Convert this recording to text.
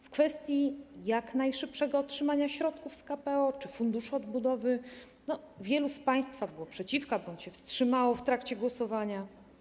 W kwestii jak najszybszego otrzymania środków z KPO czy Funduszu Odbudowy wielu z państwa było przeciwko albo wstrzymało się w trakcie głosowania.